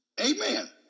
Amen